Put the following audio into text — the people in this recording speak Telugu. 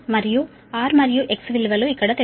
మరియు R మరియు X విలువలు ఇక్కడ తెలుసు